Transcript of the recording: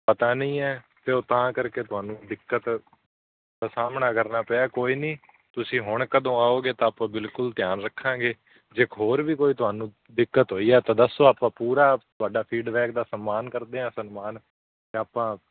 ਪਤਾ ਨਹੀਂ ਹੈ ਅਤੇ ਉਹ ਤਾਂ ਕਰਕੇ ਤੁਹਾਨੂੰ ਦਿੱਕਤ ਦਾ ਸਾਹਮਣਾ ਕਰਨਾ ਪਿਆ ਕੋਈ ਨਹੀਂ ਤੁਸੀਂ ਹੁਣ ਕਦੋਂ ਆਉਗੇ ਤਾਂ ਆਪਾਂ ਬਿਲਕੁਲ ਧਿਆਨ ਰੱਖਾਂਗੇ ਜੇ ਹੋਰ ਵੀ ਕੋਈ ਤੁਹਾਨੂੰ ਦਿੱਕਤ ਹੋਈ ਹੈ ਤਾਂ ਦੱਸੋ ਤਾਂ ਆਪਾਂ ਪੂਰਾ ਤੁਹਾਡਾ ਫੀਡਬੈਕ ਦਾ ਸਨਮਾਨ ਕਰਦੇ ਹਾਂ ਸਨਮਾਨ ਆਪਾਂ